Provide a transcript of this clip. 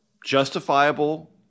justifiable